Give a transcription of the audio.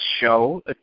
show